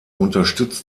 unterstützt